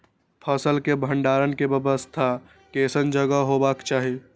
फसल के भंडारण के व्यवस्था केसन जगह हेबाक चाही?